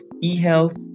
e-health